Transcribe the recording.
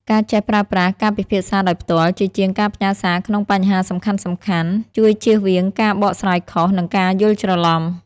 ការចេះប្រើប្រាស់ "ការពិភាក្សាដោយផ្ទាល់" ជាជាងការផ្ញើសារក្នុងបញ្ហាសំខាន់ៗ ជួយជៀសវាងការបកស្រាយខុស និងការយល់ច្រឡំ។